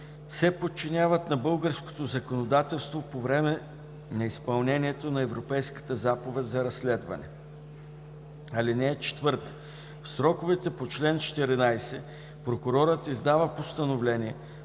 се подчиняват на българското законодателство по време на изпълнението на Европейската заповед за разследване. (4) В сроковете по чл. 14 прокурорът издава постановление,